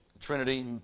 Trinity